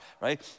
right